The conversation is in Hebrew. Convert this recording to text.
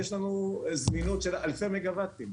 יש לנו זמינות של אלפי מגה וואטים.